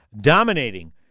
dominating